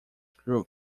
group